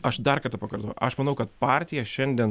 aš dar kartą pakartoju aš manau kad partija šiandien